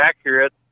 accurate